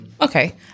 Okay